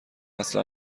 اصلا